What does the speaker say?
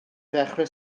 ddechrau